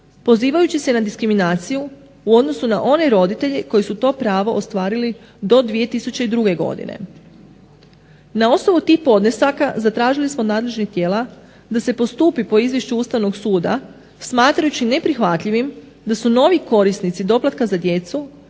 Pozivajući se na diskriminaciju u odnosu na one roditelje koji su to pravo ostvarili do 2002. godine. Na osnovu tih podnesaka zatražili smo od nadležnih tijela da se postupi po Izvješću Ustavnog suda smatrajući neprihvatljivim da su novi korisnici doplatka za djecu